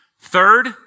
Third